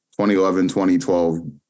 2011-2012